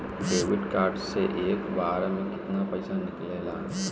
Debit card से एक बार मे केतना पैसा निकले ला?